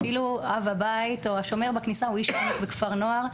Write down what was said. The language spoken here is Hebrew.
אפילו אב הבית או השומר בכניסה הוא איש --- בכפר נוער,